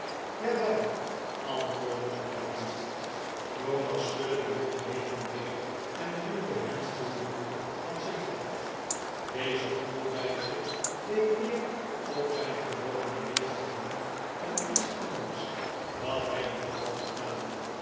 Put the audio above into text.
jawel antwoordde montague jonas schudde den jongen heen en weer en duwde hem toen ruw van zich af deze handelwijze leek meer op zijn gewone manier van doen dan iets anders dat hij dien dag had gedaan